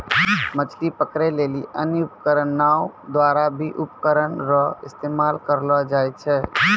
मछली पकड़ै लेली अन्य उपकरण नांव द्वारा भी उपकरण रो इस्तेमाल करलो जाय छै